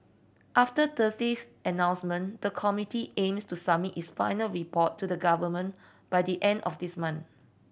after Thursday's announcement the committee aims to submit its final report to the Government by the end of this month